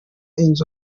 inzu